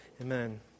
Amen